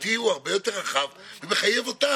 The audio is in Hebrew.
שם זה התרומה הגדולה, אין לי ספק, בערים הערביות.